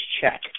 check